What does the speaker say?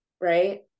right